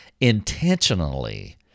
Intentionally